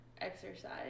exercise